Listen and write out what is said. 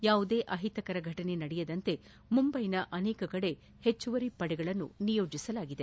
ಯಾವುದೇ ಅಹಿತಕರ ಫಟನೆ ನಡೆಯದಂತೆ ಮುಂದೈನ ಅನೇಕ ಕಡೆ ಹೆಚ್ಚುವರಿ ಪಡೆಗಳನ್ನು ನಿಯೋಜಿಸಲಾಗಿದೆ